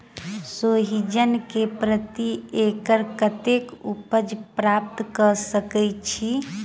सोहिजन केँ प्रति एकड़ कतेक उपज प्राप्त कऽ सकै छी?